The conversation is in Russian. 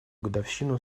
годовщину